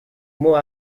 more